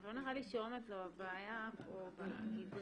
לא נראה לי שאומץ זו הבעיה פה בגזרה,